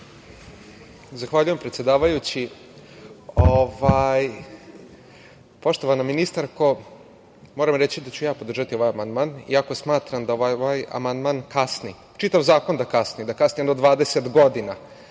Zahvaljujem, predsedavajući. Poštovana ministarko, moram reći da ću ja podržati ovaj amandman, iako smatram da ovaj amandman kasni, čitav zakon kasni, kasni jedno 20 godina.